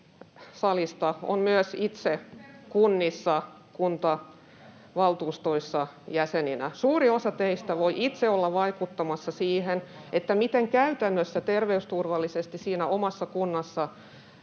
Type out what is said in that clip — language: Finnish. salista on myös itse kunnissa kunnanvaltuustoissa jäseninä. Suuri osa teistä voi itse olla vaikuttamassa siihen, miten käytännössä terveysturvallisesti siinä omassa kunnassa